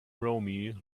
rome